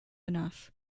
enough